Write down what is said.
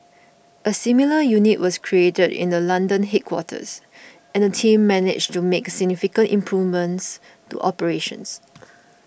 a similar unit was created in the London headquarters and the team managed to make significant improvements to operations